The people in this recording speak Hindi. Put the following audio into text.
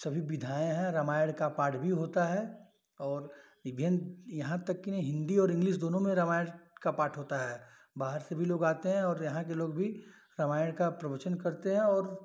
सभी विधाएँ हैं रामायण का पाठ भी होता है और विभिन्न यहाँ तक की हिंदी और इंग्लिश दोनों में रामायण का पाठ होता है बाहर से भी लोग आते हैं और यहाँ के लोग भी रामायण का प्रवचन करते हैं और